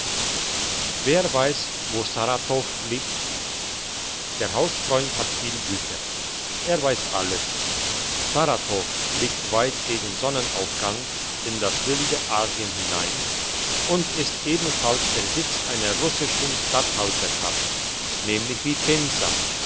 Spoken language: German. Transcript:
wer weiss wo saratow liegt der hausfreund hat viel bücher er weiss alles saratow liegt weit gegen sonnenaufgang in das wilde asien hinein und ist ebenfalls der sitz einer russischen statthalterschaft nämlich wie pensa